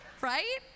right